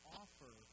offer